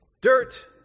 Dirt